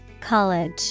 college